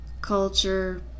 culture